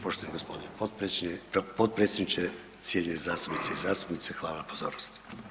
Poštovani gospodine potpredsjedniče, cijenjene zastupnice i zastupnici hvala na pozornosti.